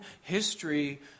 history